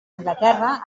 anglaterra